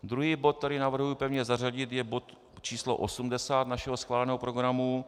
Druhý bod, který navrhuji pevně zařadit, je bod číslo 80 našeho schváleného programu.